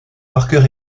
marqueur